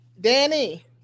Danny